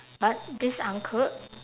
but this uncle